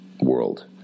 world